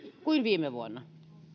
kuin viime vuonna